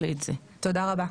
תודה רבה.